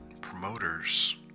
promoters